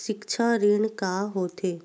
सिक्छा ऋण का होथे?